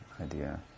idea